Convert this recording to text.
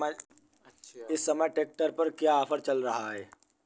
इस समय ट्रैक्टर पर क्या ऑफर चल रहा है?